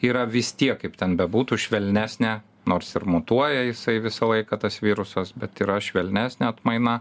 yra vis tiek kaip ten bebūtų švelnesnė nors ir mutuoja jisai visą laiką tas virusas bet yra švelnesnė atmaina